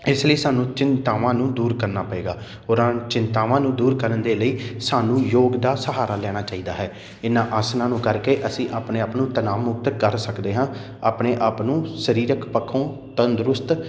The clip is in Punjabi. ਇਸ ਲਈ ਸਾਨੂੰ ਚਿੰਤਾਵਾਂ ਨੂੰ ਦੂਰ ਕਰਨਾ ਪਏਗਾ ਔਰ ਚਿੰਤਾਵਾਂ ਨੂੰ ਦੂਰ ਕਰਨ ਦੇ ਲਈ ਸਾਨੂੰ ਯੋਗ ਦਾ ਸਹਾਰਾ ਲੈਣਾ ਚਾਹੀਦਾ ਹੈ ਇਹਨਾਂ ਆਸਨਾਂ ਨੂੰ ਕਰਕੇ ਅਸੀਂ ਆਪਣੇ ਆਪ ਨੂੰ ਤਨਾਵ ਮੁਕਤ ਕਰ ਸਕਦੇ ਹਾਂ ਆਪਣੇ ਆਪ ਨੂੰ ਸਰੀਰਕ ਪੱਖੋਂ ਤੰਦਰੁਸਤ